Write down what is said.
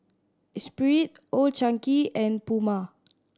Espirit Old Chang Kee and Puma